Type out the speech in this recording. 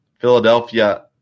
Philadelphia